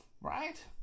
Right